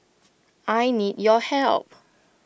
I need your help